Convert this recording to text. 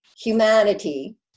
humanity